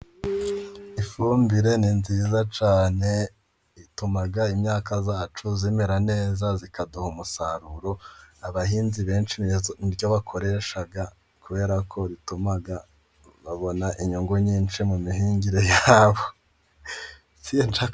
Ifumbire ni nziza cyane ituma imyaka yacu imera neza, ikaduha umusaruro, abahinzi benshi niyo bakoresha kubera ko bituma babona inyungu nyinshi mu mihingire yabo.